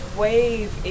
wave